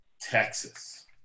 Texas